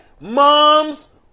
Moms